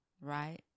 right